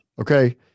Okay